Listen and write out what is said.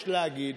יש להגיד,